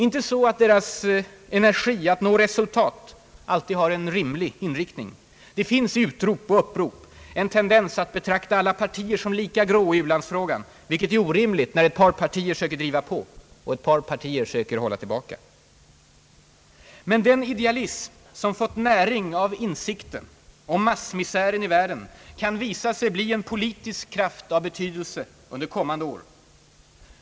Inte så att deras energi att nå resultat alltid har en rimlig inriktning — det finns i utrop och upprop en tendens att betrakta alla partier såsom lika gråa i u-landsfrågan, vilket är orimligt när ett par partier söker driva på och ett par partier försöker hålla tillbaka. Men den idealism som har fått näring av insikten om massmisären i världen kan visa sig bli en politisk kraft av betydelse under kommande år.